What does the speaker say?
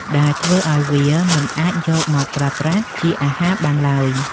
ដែលធ្វើឱ្យវាមិនអាចយកមកប្រើប្រាស់ជាអាហារបានឡើយ។